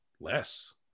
less